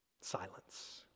Silence